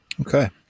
Okay